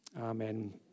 Amen